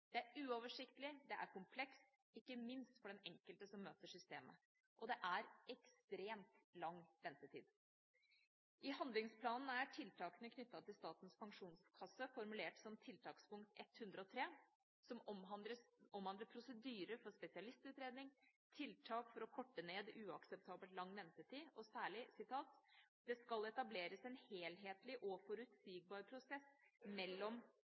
Det er uoversiktlig, og det er komplekst, ikke minst for den enkelte som møter systemet, og det er ekstremt lang ventetid. I handlingsplanen er tiltakene knyttet til Statens Pensjonskasse formulert som tiltakspunkt 103, som omhandler prosedyrer for spesialistutredning, tiltak for å korte ned uakseptabelt lang ventetid og særlig at «det skal etableres en helhetlig og forutsigbar prosess mellom